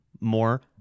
more